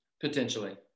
potentially